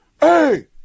hey